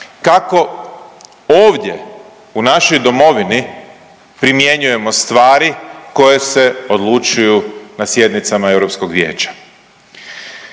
kako ovdje u našoj domovini primjenjujemo stvari koje se odlučuju na sjednicama EV-a.